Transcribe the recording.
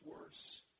worse